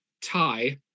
tie